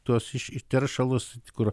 tuos iš iš teršalus kur